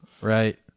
Right